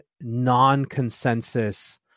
non-consensus